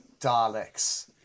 Daleks